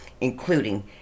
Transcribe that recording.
including